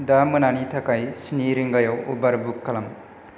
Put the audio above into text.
दा मोनानि थाखाय स्नि रिंगायाव उबार बुक खालाम